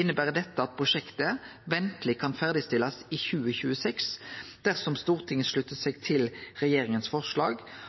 inneber dette at prosjektet venteleg kan ferdigstillast i 2026 dersom Stortinget